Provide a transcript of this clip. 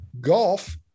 Golf